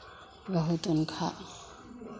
बहुत उनका